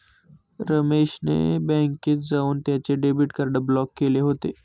रमेश ने बँकेत जाऊन त्याचे डेबिट कार्ड ब्लॉक केले होते